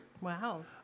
Wow